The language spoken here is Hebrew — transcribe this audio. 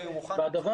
הדבר